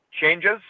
changes